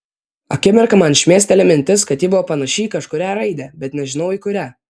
akimirką man šmėsteli mintis kad ji buvo panaši į kažkurią raidę bet nežinau į kurią